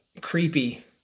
creepy